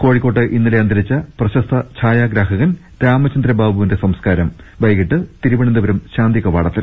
കോഴിക്കോട്ട് ഇന്നലെ അന്തരിച്ച പ്രശസ്ത ഛായാഗ്രാഗകൻ രാമച ന്ദ്രബാബുവിന്റെ സംസ്കാരം വൈകിട്ട് തിരുവനന്തപുരം ശാന്തിക വാടത്തിൽ